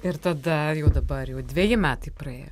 ir tada jau dabar jau dveji metai praėjo